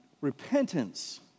Repentance